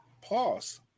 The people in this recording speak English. Pause